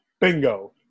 Bingo